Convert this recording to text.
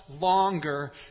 longer